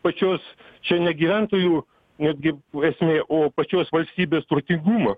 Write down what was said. pačios čia ne gyventojų netgi esmė o pačios valstybės turtingumo